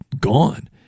gone